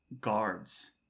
Guards